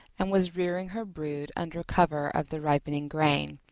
and was rearing her brood under cover of the ripening grain.